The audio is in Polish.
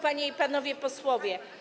Panie i Panowie Posłowie!